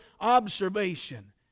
observation